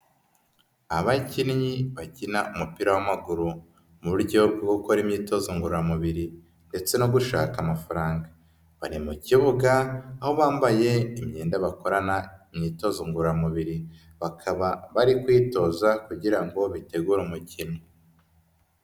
Abakinnyi bakina umupira w'amaguru mu buryo bwo gukora imyitozo ngororamubiri ndetse no gushaka amafaranga. Bari mu kibuga aho bambaye imyenda bakorana imyitozo ngororamubiri, bakaba bari kwitoza kugira ngo bitegure umukino.